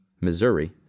Missouri